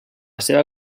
seva